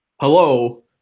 hello